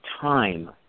time